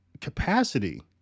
capacity